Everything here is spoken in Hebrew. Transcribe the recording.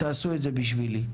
תעשו את זה בשבילי",